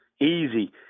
easy